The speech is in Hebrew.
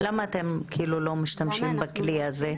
למה אתם לא משתמשים בכלי הזה?